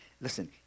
listen